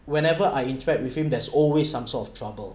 whenever I interact with him there's always some sort of trouble